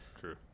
true